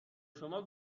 شما